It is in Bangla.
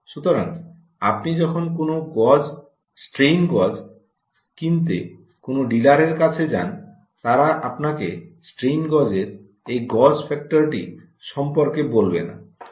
সুতরাং আপনি যখন কোনও স্ট্রেন গজ কিনতে কোনও ডিলারের কাছে যান তারা আপনাকে স্ট্রেন গজের এই গজ ফ্যাক্টরটি সম্পর্কে বলবে না